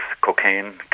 cocaine